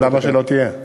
למה שלא תהיה?